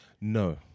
No